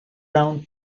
ground